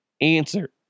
answer